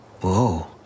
Whoa